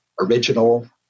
original